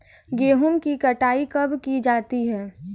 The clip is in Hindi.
गेहूँ की कटाई कब की जाती है?